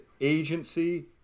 agency